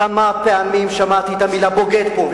כמה פעמים שמעתי את המלה "בוגד" פה.